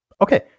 Okay